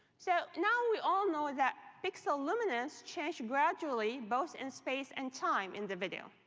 so now, we all know that pixel luminance change gradually, both in space and time in the video.